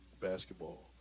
basketball